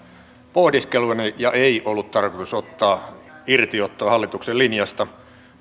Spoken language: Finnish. pohdiskeluani ja ei ollut tarkoitus ottaa irtiottoa hallituksen linjasta